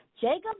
Jacob